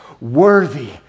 Worthy